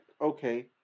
Okay